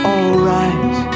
Alright